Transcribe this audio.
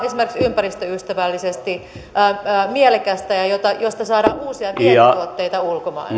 esimerkiksi ympäristöystävällisesti mielekästä ja josta saadaan uusia vientituotteita ulkomaille